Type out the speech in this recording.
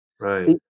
Right